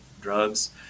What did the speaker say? drugs